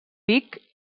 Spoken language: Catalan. pic